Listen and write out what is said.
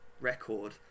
record